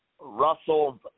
Russell